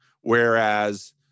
Whereas